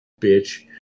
bitch